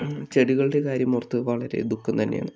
ചെടികളുടെ കാര്യം ഓർത്ത് വളരെ ദുഃഖം തന്നെയാണ്